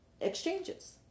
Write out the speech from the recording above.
Exchanges